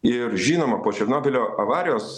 ir žinoma po černobylio avarijos